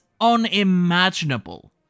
unimaginable